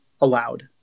allowed